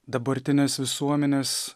dabartines visuomenės